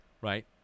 right